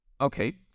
Okay